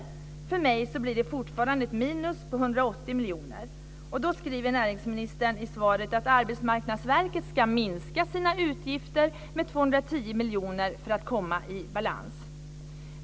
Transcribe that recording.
Men för mig blir det fortfarande ett minus på 180 miljoner. Då skriver näringsministern i svaret att Arbetsmarknadsverket ska minska sina utgifter med 210 miljoner för att komma i balans.